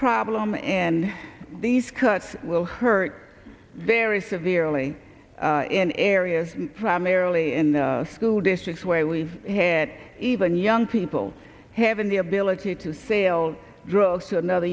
problem and these cuts will hurt very severely in areas primarily in school districts where we've had even young people having the ability to sale drugs to another